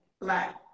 black